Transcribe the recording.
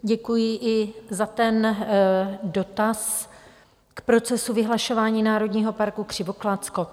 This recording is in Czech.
Děkuji i za ten dotaz k procesu vyhlašování národního parku Křivoklátsko.